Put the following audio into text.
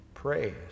Praise